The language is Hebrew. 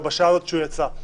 או בשעות שהוא יצא.